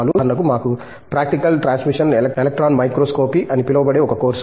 ఉదాహరణకు మాకు practical transmission electron microscopy అని పిలువబడే ఒక కోర్సు ఉంది